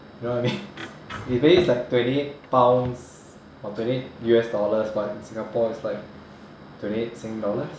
you know what I mean usually it's like twenty eight pounds or twenty eight U_S dollars but in singapore it's like twenty eight sing dollars